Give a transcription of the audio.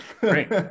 great